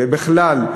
ובכלל,